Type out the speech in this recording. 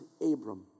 Abram